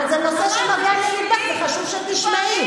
אבל זה נושא שנוגע לליבך וחשוב שתשמעי.